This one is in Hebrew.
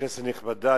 כנסת נכבדה,